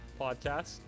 podcast